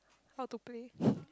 how to play